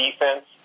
defense